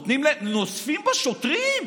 נוזפים בשוטרים.